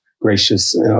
gracious